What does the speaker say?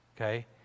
Okay